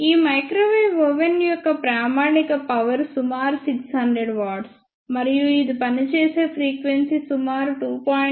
ఈ microwave oven యొక్క ప్రామాణిక పవర్ సుమారు 600 W మరియు ఇది పనిచేసే ఫ్రీక్వెన్సీ సుమారు 2